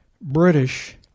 British